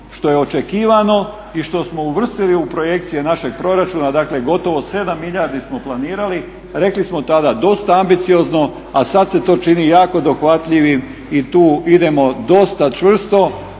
što je očekivano i što smo uvrstili u projekcije našeg proračuna, dakle gotovo 7 milijardi smo planirali. Rekli smo tada dosta ambiciozno, a sad se to čini jako dohvatljivim i tu idemo dosta čvrsto.